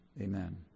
amen